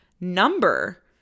number